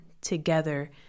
together